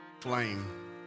flame